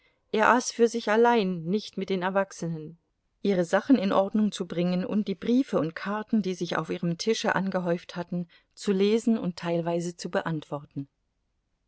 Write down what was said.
für sich allein nicht mit den erwachsenen ihre sachen in ordnung zu bringen und die briefe und karten die sich auf ihrem tische angehäuft hatten zu lesen und teilweise zu beantworten